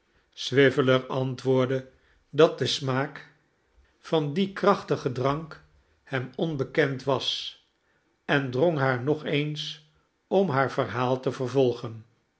swiveller antwoordde dat de smaak van dien krachtigen drank hem onbekend was en drong haar nog eens om haar verhaal te vervolgen